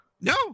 no